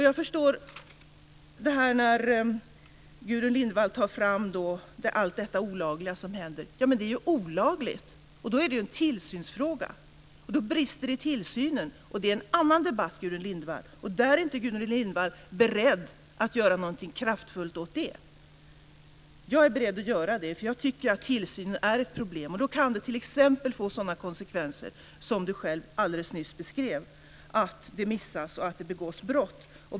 Gudrun Lindvall tar fram allt det olagliga som händer. Det är olagligt, och då är det ju en tillsynsfråga. Då brister det i tillsynen. Det är en annan debatt, och där är inte Gudrun Lindvall beredd att göra någonting kraftfullt. Jag är beredd att göra det, jag tycker att tillsynen är ett problem. Då kan det t.ex. få sådana konsekvenser som hon alldeles nyss beskrev, att det missas och att det begås brott.